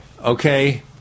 okay